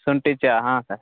ಶುಂಠಿ ಚಹಾ ಹಾಂ ಸರ್